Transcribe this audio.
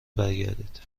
برگردید